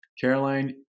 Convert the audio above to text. Caroline